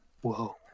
Whoa